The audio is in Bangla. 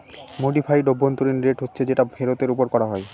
মডিফাইড অভ্যন্তরীন রেট হচ্ছে যেটা ফেরতের ওপর করা হয়